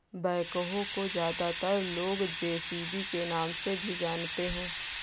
backhoe को ज्यादातर लोग जे.सी.बी के नाम से भी जानते हैं